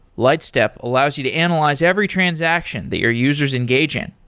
lightstep allows you to analyze every transaction that your users engage in.